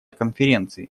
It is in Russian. конференции